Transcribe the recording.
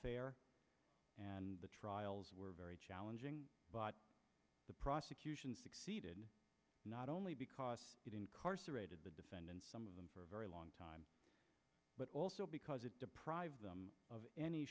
fair and the trials were very challenging but the prosecution succeeded not only because it incarcerated the defendants some of them for a very long time but also because it deprived them of any